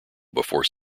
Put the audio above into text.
before